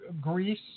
Greece